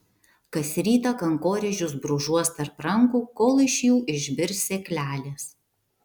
kas rytą kankorėžius brūžuos tarp rankų kol iš jų išbirs sėklelės